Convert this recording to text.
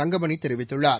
தங்கமணிதெரிவித்துள்ளார்